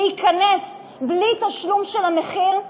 להיכנס בלי תשלום המחיר?